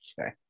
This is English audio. Okay